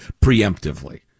preemptively